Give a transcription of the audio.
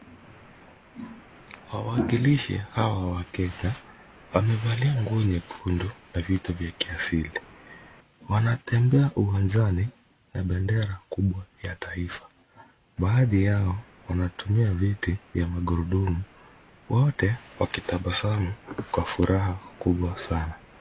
Wawakilishi hawa wa Kenya wamevalia nguo nyekundu na vitu vya kiasili. Wanatembea uwanjani na bendera kubwa ya taifa. Baadhi yao wanatumia viti vya magurudumu, wote wakitabasamu kwa furaha kubwa sana.